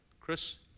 Chris